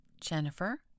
jennifer